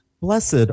Blessed